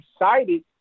excited